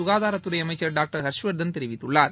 சுகாதாரத்துறை அமைச்சர் டாக்டர் ஹர்ஷ்வர்தன் தெரிவித்துள்ளார்